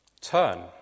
Turn